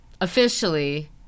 officially